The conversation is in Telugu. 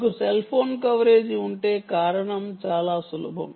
మీకు సెల్ ఫోన్ కవరేజ్ ఉంటే కారణం చాలా సులభం